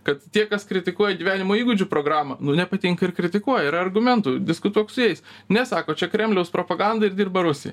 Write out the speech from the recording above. kad tie kas kritikuoja gyvenimo įgūdžių programą nepatinka ir kritikuoja yra argumentų diskutuok su jais ne sako čia kremliaus propaganda ir dirba rusijai